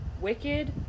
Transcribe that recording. wicked